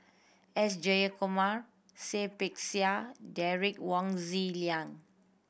S Jayakumar Seah Peck Seah Derek Wong Zi Liang